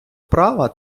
права